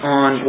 on